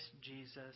Jesus